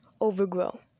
Overgrow